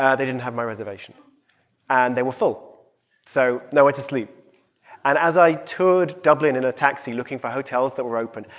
they didn't have my reservation and they were full so nowhere to sleep. and as i toured dublin in a taxi looking for hotels that were open,